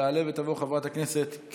הצעות מס' 1056, 1057, 1080,